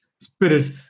spirit